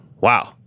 Wow